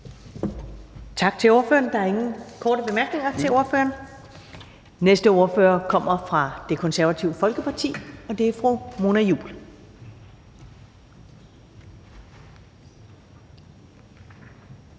Tak til ordføreren. Der er ingen korte bemærkninger til ordføreren. Næste ordfører kommer fra Det Konservative Folkeparti, og det er fru Mona Juul.